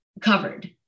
covered